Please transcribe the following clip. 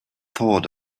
thought